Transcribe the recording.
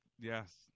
Yes